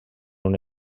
una